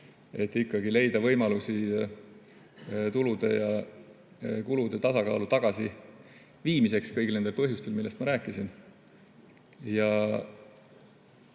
et ikkagi leida võimalusi tulude ja kulude tagasi tasakaalu viimiseks kõigil nendel põhjustel, millest ma rääkisin.